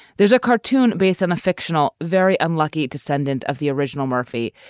there's a cartoon based on a fictional, very unlucky descendant of the original murphy.